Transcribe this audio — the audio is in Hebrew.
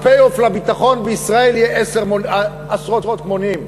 ה-payoff לביטחון בישראל יהיה עשרות מונים.